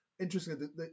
Interesting